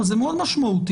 זה מאוד משמעותי.